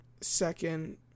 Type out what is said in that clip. second